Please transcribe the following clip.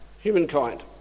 humankind